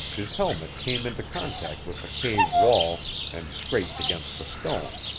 his helmet came into contact with the cave wall and scraped against the stone.